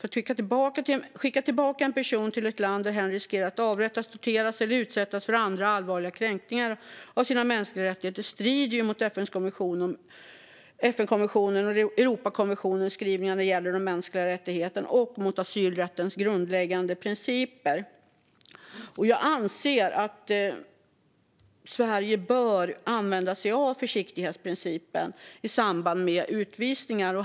Att skicka tillbaka en person till ett land där hen riskerar att avrättas, torteras eller utsättas för allvarliga kränkningar av sina mänskliga rättigheter strider ju mot FN-konventionen och Europakonventionens skrivningar om de mänskliga rättigheterna och mot asylrättens grundläggande principer. Jag anser att Sverige bör använda sig av försiktighetsprincipen i samband med utvisningar.